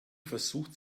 versucht